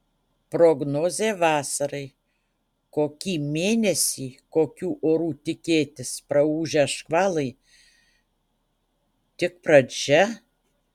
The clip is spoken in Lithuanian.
prognozė vasarai kokį mėnesį kokių orų tikėtis praūžę škvalai tik pradžia